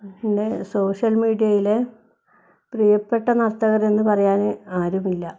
പിന്നെ സോഷ്യൽ മീഡിയയിലെ പ്രിയപ്പെട്ട നർത്തകരെന്ന് പറയാൻ ആരുമില്ല